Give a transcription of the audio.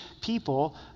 people